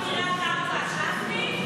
בסדר, חבל על חילול השם.